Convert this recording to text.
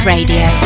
Radio